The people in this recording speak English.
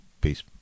Peace